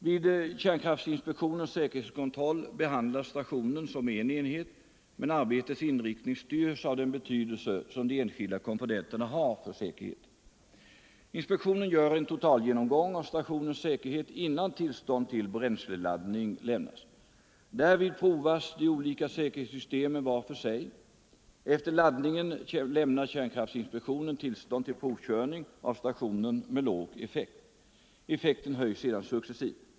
Vid kärnkraftinspektionens säkerhetskontroll behandlas stationen som en enhet men arbetets inriktning styrs av den betydelse som de enskilda komponenterna har för säkerheten. Inspektionen gör en totalgenomgång av stationens säkerhet innan tillstånd till bränsleladdning lämnas. Därvid provas de olika säkerhetssystemen var för sig. Efter laddningen lämnar kärnkraftinspektionen tillstånd till provkörning av stationen med låg effekt. Effekten höjs sedan successivt.